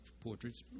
portraits